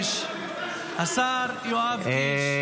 השר יואב קיש,